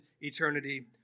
eternity